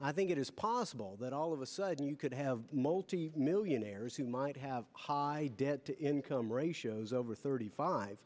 i think it is possible that all of a sudden you could have multi millionaires who might have high debt to income ratio is over thirty five